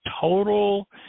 total